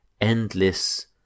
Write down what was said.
endless